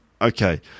Okay